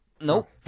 Nope